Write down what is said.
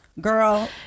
girl